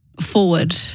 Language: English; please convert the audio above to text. forward